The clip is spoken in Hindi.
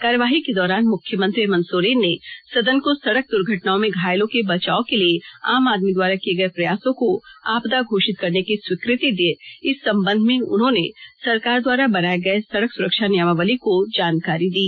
कार्यवाही के दौरान मुख्यमंत्री हेमंत सोरेन ने सदन को सड़क दुर्घटना में घायलों के बचाव के लिए आम आदमी द्वारा किए गये प्रयासों को आपदा घोषित करने की स्वीकृति दें इस संबंध में उन्होंने सरकार द्वारा बनाए गए सड़क सुरक्षा नियमावली की जानकारी दी